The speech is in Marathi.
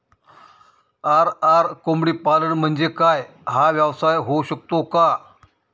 आर.आर कोंबडीपालन म्हणजे काय? हा व्यवसाय होऊ शकतो का?